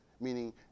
meaning